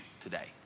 today